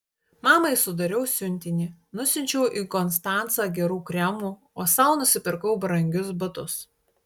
mamai sudariau siuntinį nusiunčiau į konstancą gerų kremų o sau nusipirkau brangius batus